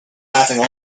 laughing